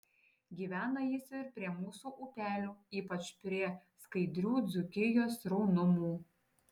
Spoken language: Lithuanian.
gyvena jis ir prie mūsų upelių ypač prie skaidrių dzūkijos sraunumų